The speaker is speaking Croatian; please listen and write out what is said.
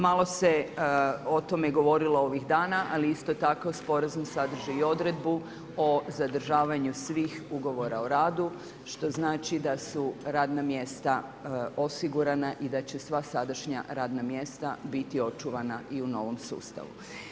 Malo se o tome govorilo ovih dana, ali isto tako sporazum sadrži i odredbu o zadržavanju svih ugovora o radu što znači da su radna mjesta osigurana i da će sva sadašnja radna mjesta biti očuvana i u novom sustavu.